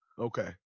Okay